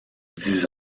dix